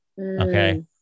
Okay